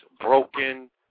broken